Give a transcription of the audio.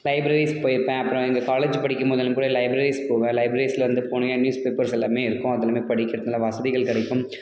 libraries போயிருப்பேன் அப்புறம் எங்கள் காலேஜ் படிக்கும் போதெல்லாம் கூட லைப்ரரிஸ் போவேன் லைப்ரரிஸில் வந்து போன இயர் நியூஸ் பேப்பர்ஸ் எல்லாமே இருக்கும் அதெல்லாமே படிக்கிறத்துக்கு நல்ல வசதிகள் கிடைக்கும்